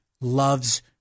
loves